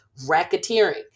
racketeering